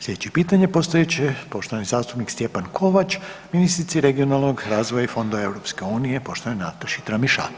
Slijedeće pitanje postavit će poštovani zastupnik Stjepan Kovač, ministrici regionalnog razvoja i fondova EU, poštovanoj Nataši Tramišak.